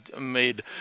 made